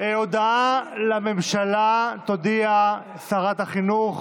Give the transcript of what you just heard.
הודעת הממשלה, תודיע שרת החינוך,